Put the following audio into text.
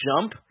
jump